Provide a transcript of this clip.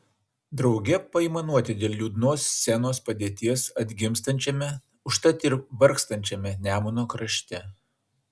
drauge paaimanuoti dėl liūdnos scenos padėties atgimstančiame užtat ir vargstančiame nemuno krašte